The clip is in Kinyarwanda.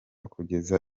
kugeza